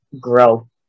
grow